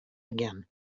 again